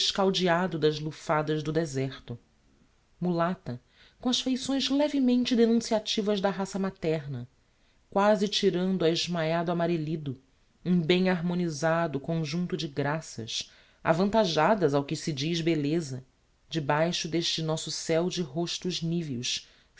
escaldeado das lufadas do deserto mulata com as feições levemente denunciativas da raça materna quasi tirante a esmaiado amarellido um bem harmonisado conjuncto de graças avantajadas ao que se diz belleza debaixo d'este nosso céo de rostos niveos